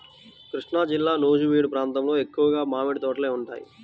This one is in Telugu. కృష్ణాజిల్లా నూజివీడు ప్రాంతంలో ఎక్కువగా మామిడి తోటలే ఉంటాయి